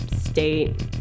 state